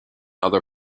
other